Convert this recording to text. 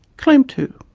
claim two.